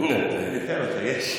ניתן לך, יש.